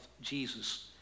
Jesus